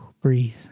Breathe